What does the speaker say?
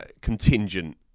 contingent